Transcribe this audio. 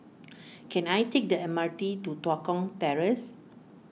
can I take the M R T to Tua Kong Terrace